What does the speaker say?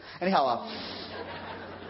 Anyhow